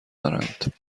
دارند